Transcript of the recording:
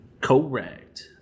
Correct